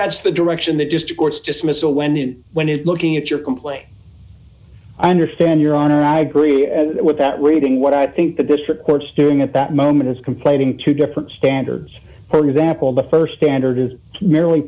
that's the direction that just the court's dismissal when and when is looking at your complaint i understand your honor i agree with that reading what i think the district court's doing at that moment is complaining to different standards for example the st standard is merely